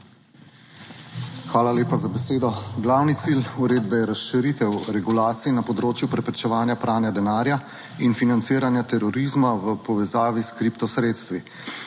Hvala lepa za besedo. Glavni cilj uredbe je razširitev regulacij na področju preprečevanja pranja denarja in financiranja terorizma v povezavi s kripto sredstvi.